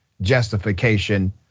justification